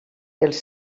els